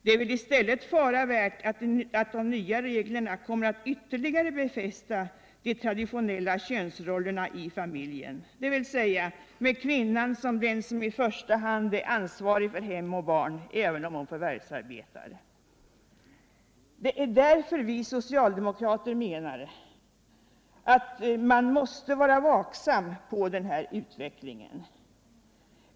Det är fara värt att de nya reglerna i stället kommer att ytterligare befästa de traditionella könsrollerna I familjen, dvs. med kvinnan som den som i första hand är ansvarig för hem och barn, även om hon förvärvsarbetar. Det är därför vi socialdemokrater menar att man måste vara vaksam på utvecklingen.